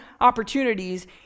opportunities